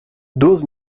duas